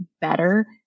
better